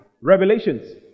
Revelations